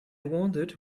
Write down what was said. wanted